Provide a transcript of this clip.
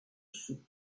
sous